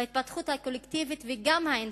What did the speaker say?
בהתפתחות הקולקטיבית וגם האינדיבידואלית,